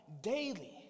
daily